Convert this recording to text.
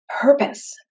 purpose